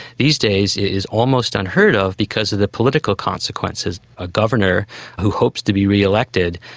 these days it is almost unheard of because of the political consequences. a governor who hopes to be re-elected,